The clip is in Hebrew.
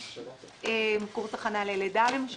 בקופות חולים אחרות יש את הגביה הזאת.